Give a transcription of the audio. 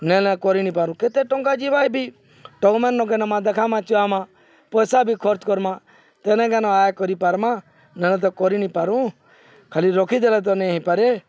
ନେ ନେ କରିନି ପାରୁ କେତେ ଟଙ୍କା ଯିବାଇ ବି ଟଙ୍ଗମାନୋନ ନକେ ନମା ଦେଖାମାଛୁଆମା ପଇସା ବି ଖର୍ଚ୍ଚ କର୍ମା ତେନ କେନ ଆୟ କରିପାର୍ମା ନେଲେ ତ କରିନି ପାରୁ ଖାଲି ରଖିଦେଲେ ତ ନେଇ ହେଇପାରେ